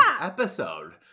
episode